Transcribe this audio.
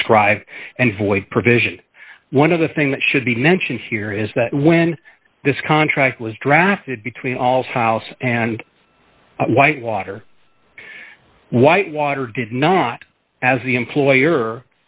prescribed and void provision one of the thing that should be mentioned here is that when this contract was drafted between all house and whitewater whitewater did not as the employer